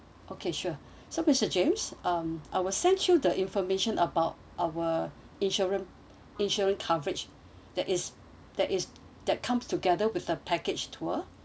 okay sure so mister james um I'll sent you the information about our insurance insurance coverage that is that is that comes together with the package tour